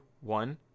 one